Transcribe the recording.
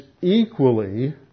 equally